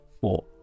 four